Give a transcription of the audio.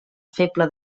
feble